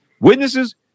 Witnesses